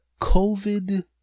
COVID